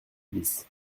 bis